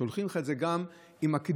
שולחים לך את זה גם עם הקידומת,